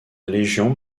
légion